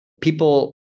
people